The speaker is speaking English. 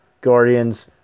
Guardians